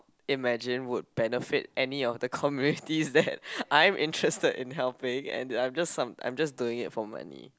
imagine would benefit any of the communities that I'm interested in helping I'm just I'm just doing it for money